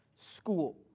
school